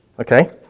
Okay